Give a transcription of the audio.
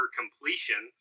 completion